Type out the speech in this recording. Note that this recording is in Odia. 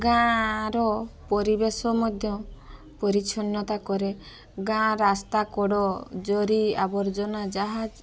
ଗାଁର ପରିବେଶ ମଧ୍ୟ ପରିଚ୍ଛନ୍ନତା କରେ ଗାଁ ରାସ୍ତା କଡ଼ ଜରି ଆବର୍ଜନା ଯାହା